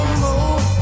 more